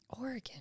Oregon